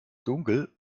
dunkel